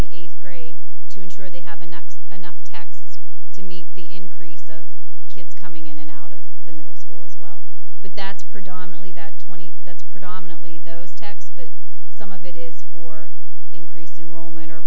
the eighth grade to ensure they have a next enough text to meet the increase of kids coming in and out of the middle school as well but that's predominantly that twenty that's predominantly those text but some of it is for increase in roman or